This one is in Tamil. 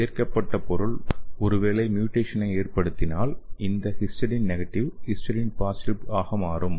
சேர்க்கப்பட்ட பொருள் ஒரு வேளை ம்யூடெஸனை ஏற்படுத்தினால் இந்த ஹிஸ்டைடின் நெகடிவ் ஹிஸ்டைடின் பாசிட்டிவ் ஆக மாறும்